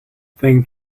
thing